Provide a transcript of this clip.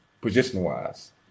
position-wise